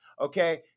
Okay